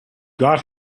got